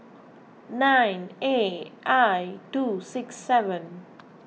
nine A I two six seven